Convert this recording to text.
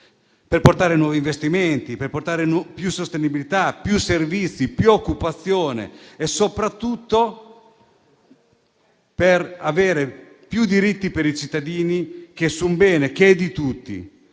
per portare nuovi investimenti, più sostenibilità, più servizi, più occupazione e soprattutto per avere più diritti per i cittadini, su un